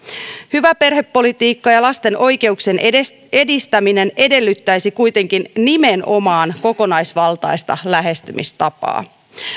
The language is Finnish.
hyvä perhepolitiikka ja lasten oikeuksien edistäminen edellyttäisivät kuitenkin nimenomaan kokonaisvaltaista lähestymistapaa